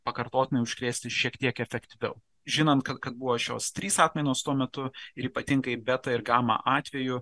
pakartotinai užkrėsti šiek tiek efektyviau žinant kad kad buvo šios trys atmainos tuo metu ir ypatingai beta ir gama atveju